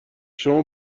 شما